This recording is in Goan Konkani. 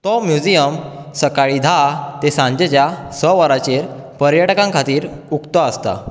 तो म्युजीयम सकाळीं धा ते सांजेच्या स वरांचेर पर्यटकां खातीर उक्तो आसता